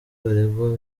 baregwa